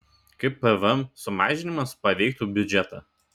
kaip pvm sumažinimas paveiktų biudžetą